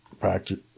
practice